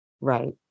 Right